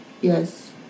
yes